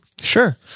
Sure